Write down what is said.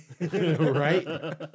right